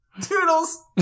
Toodles